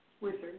Wizard